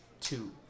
Two